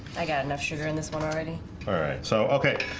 i got enough sugar in this one already alright, so okay?